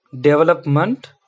development